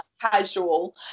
casual